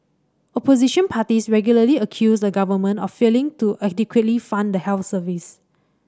opposition parties regularly accuse the government of failing to adequately fund the health service